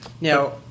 now